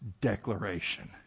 declaration